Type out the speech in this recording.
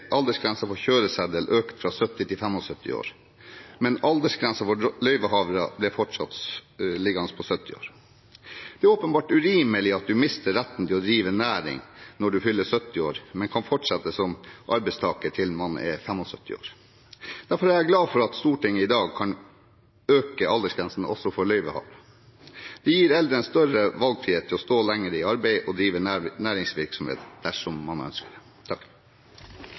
for kjøreseddel økt fra 70 til 75 år. Men aldersgrensen for løyvehavere ble fortsatt liggende på 70 år. Det er åpenbart urimelig at man mister retten til å drive næring når man fyller 70 år, men kan fortsette som arbeidstaker til man er 75 år. Derfor er jeg glad for at Stortinget i dag vil øke aldersgrensen også for løyvehavere. Det gir eldre en større valgfrihet til å stå lenger i arbeid og drive næringsvirksomhet dersom man ønsker det.